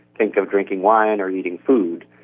think of drinking wine or eating food.